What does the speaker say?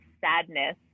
sadness